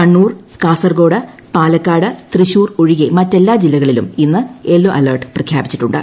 കണ്ണൂർ കാസർകോട് പാലക്കാട് തൃശൂർ ഒഴിക് െമറ്റെല്ലാ ജില്ലകളിലും ഇന്ന് യെല്ലോ അലർട്ട് പ്രഖ്യാപിച്ചിട്ടുണ്ട്